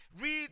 read